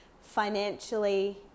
financially